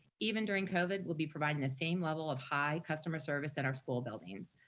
even during covid we'll be providing the same level of high customer service at our school buildings.